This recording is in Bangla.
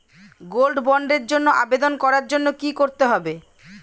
গোল্ড বন্ডের জন্য আবেদন করার জন্য কি করতে হবে?